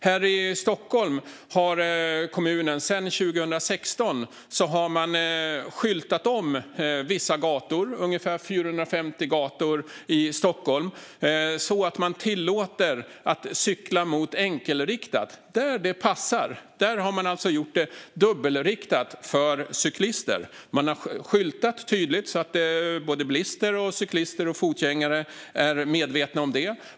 Sedan 2016 har man här i Stockholm skyltat om vissa gator, ungefär 450 gator, så att man tillåter cykling mot enkelriktat. Där det passar har man gjort det dubbelriktat för cyklister. Man har skyltat tydligt så att bilister, cyklister och fotgängare är medvetna om detta.